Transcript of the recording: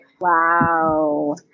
Wow